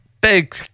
big